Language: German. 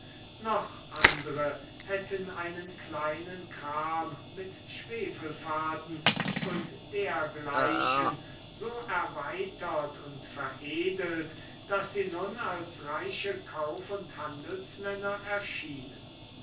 noch andre hätten einen kleinen kram mit schwefelfaden und dergleichen so erweitert und veredelt daß sie nun als reiche kauf und handelsmänner erschienen